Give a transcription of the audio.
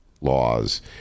laws